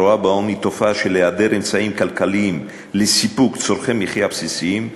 הרואה בעוני תופעה של היעדר אמצעים כלכליים לסיפוק צורכי מחיה בסיסיים,